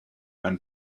and